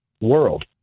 world